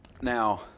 Now